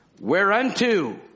Whereunto